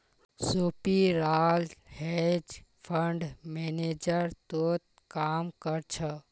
सोपीराल hedge fund manager तोत काम कर छ